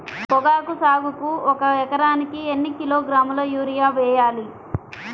పొగాకు సాగుకు ఒక ఎకరానికి ఎన్ని కిలోగ్రాముల యూరియా వేయాలి?